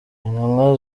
intumwa